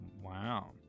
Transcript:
wow